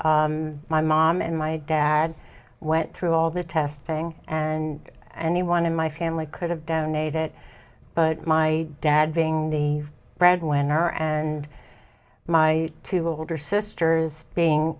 siblings my mom and my dad went through all the testing and anyone in my family could have donated but my dad being the breadwinner and my two older sisters being